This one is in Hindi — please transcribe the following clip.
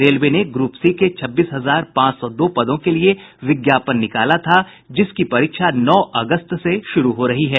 रेलवे ने ग्रप सी के छब्बीस हजार पांच सौ दो पदों के लिये विज्ञापन निकाला था जिसकी परीक्षा नौ अगस्त से शुरू हो रही है